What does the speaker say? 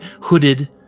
hooded